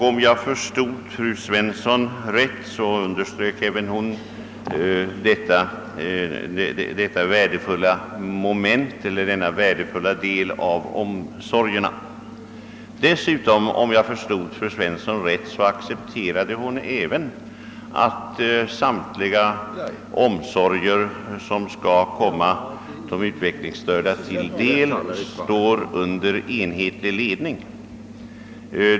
Om jag förstod fru Svensson rätt underströk även hon värdet av att skyddade verkstäder ställs till förfogande. Dessutom accepterade även fru Svensson att samtliga omsorger, som skall komma de utvecklingsstörda till del, skall stå under enhetlig ledning.